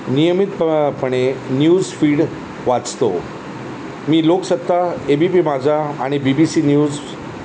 नियमितपा पणे news feed वाचतो मी Loksatta A B P Majha आणि बी बी सी न्यूज